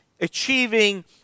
achieving